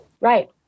right